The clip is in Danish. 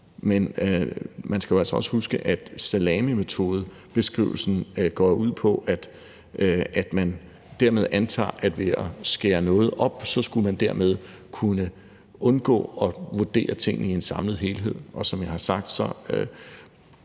Men man skal også huske, at salamimetodebeskrivelsen jo går ud på, at man dermed antager, at ved at skære noget op skulle man dermed kunne undgå at vurdere tingene i en samlet helhed,